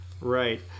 Right